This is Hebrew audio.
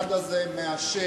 המשרד הזה מאשר